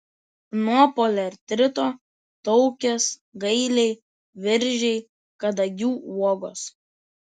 nuo poliartrito taukės gailiai viržiai kadagių uogos